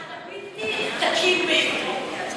אתה בלתי תקין בעברית.